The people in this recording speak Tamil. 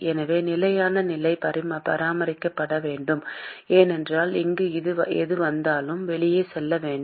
எனவே நிலையான நிலை பராமரிக்கப்பட வேண்டும் என்றால் இங்கு எது வந்தாலும் வெளியே செல்ல வேண்டும்